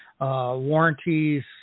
Warranties